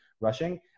rushing